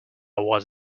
was